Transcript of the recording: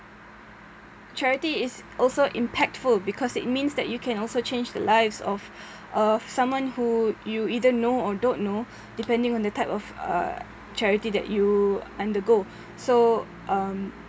charity is also impactful because it means that you can also change the lives of uh someone who you either know or don't know depending on the type of uh charity that you undergo so um